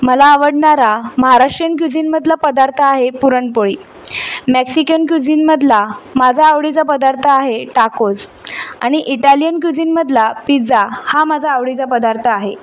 मला आवडणारा महाराष्ट्रीयन क्युझिनमधला पदार्थ आहे पुरणपोळी मॅक्सिकन क्युझिनमधला माझा आवडीचा पदार्थ आहे टाकोज आणि इटालियन क्यूझिनमधला पिझ्झा हा माझा आवडीचा पदार्थ आहे